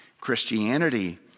Christianity